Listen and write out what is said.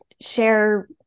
share